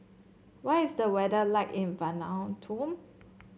what is the weather like in Vanuatu